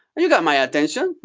you got my attention.